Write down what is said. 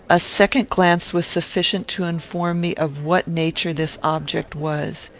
a second glance was sufficient to inform me of what nature this object was.